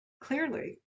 Clearly